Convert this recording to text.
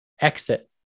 exit